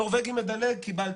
נורבגי מדלג קיבלתם.